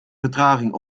vertraging